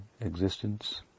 existence